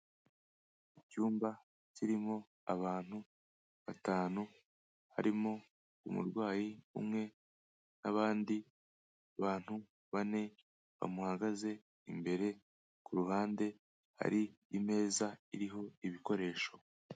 Icyumba kirimo abantu batanu, harimo umurwayi umwe n'abandi bantu bane bamuhagaze imbere, ku ruhande hari imeza iriho ibikoresho.